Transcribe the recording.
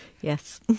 Yes